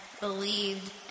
believed